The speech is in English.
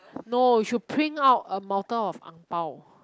no you should print out a mountain of ang-bao